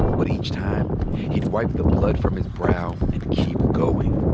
but each time he'd wipe the blood from his brow and keep going.